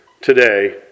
today